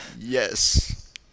Yes